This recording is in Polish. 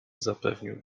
zapewnił